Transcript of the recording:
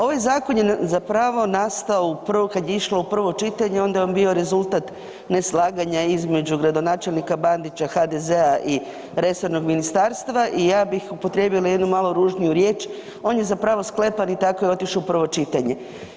Ovaj zakon je zapravo nastao u prvo, kad je išlo u prvo čitanje, onda je on bio rezultat neslaganja između gradonačelnika Bandića, HDZ-a i resornog ministarstva i ja bih upotrijebila jednu malo ružniju riječ, on je zapravo sklepan i tako je otišao u prvo čitanje.